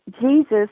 Jesus